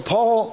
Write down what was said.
Paul